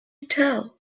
tell